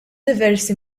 diversi